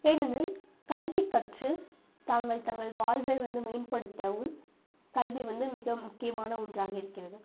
ஏனெனில் கல்வி கற்று தாங்கள் தங்கள் வாழ்வை வந்து மேன்படுத்தவும் கல்வி வந்து மிக முக்கியமான ஒன்றாக இருக்கிறது